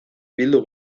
bildu